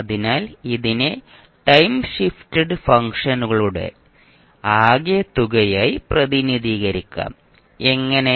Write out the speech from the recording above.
അതിനാൽ ഇതിനെ time shifted ഫംഗ്ഷനുകളുടെ ആകെത്തുകയായി പ്രതിനിധീകരിക്കാം എങ്ങനെ